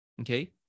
Okay